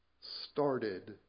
started